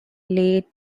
late